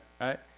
right